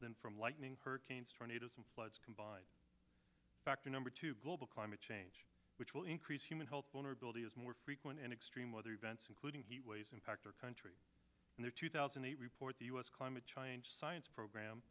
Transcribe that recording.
than from lightning hurricanes tornadoes and floods combined back to number two global climate change which will increase human health bonar ability is more frequent and extreme weather events including he ways impact our country and their two thousand and eight report the us climate change science program